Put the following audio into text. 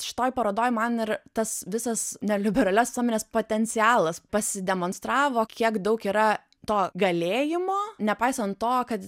šitoj parodoj man ir tas visas neliberalios visuomenės potencialas pasidemonstravo kiek daug yra to galėjimo nepaisant to kad